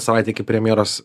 savaitei iki premjeros